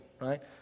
right